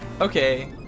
Okay